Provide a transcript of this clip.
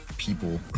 People